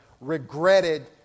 regretted